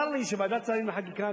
צר לי שוועדת שרים לחקיקה,